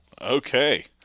Okay